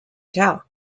tell